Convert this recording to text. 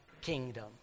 kingdom